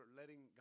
letting